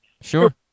sure